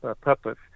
purpose